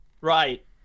Right